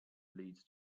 leads